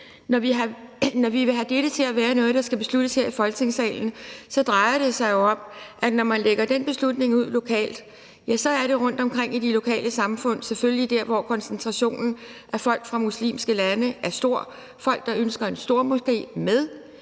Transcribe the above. Når vi vil have dette til at være noget, der skal besluttes her i Folketingssalen, så drejer det sig jo om, at når man lægger den beslutning ud lokalt, er det rundtomkring i de lokale samfund, og selvfølgelig der, hvor koncentrationen af folk fra muslimske lande er stor, folk, der ønsker en stormoské med